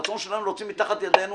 הרצון שלנו להוציא מתחת ידינו